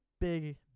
big